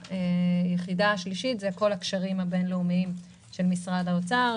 היחידה השלישית היא כל הקשרים הבין-לאומיים של משרד האוצר,